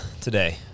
today